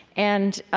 and,